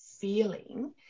feeling